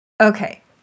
Okay